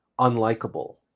unlikable